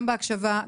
גם בהקשבה,